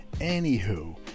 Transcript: Anywho